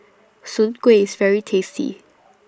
Soon Kueh IS very tasty